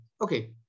okay